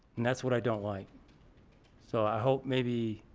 and that's what i don't like so i hope maybe